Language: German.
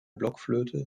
blockflöte